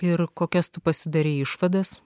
ir kokias tu pasidarei išvadas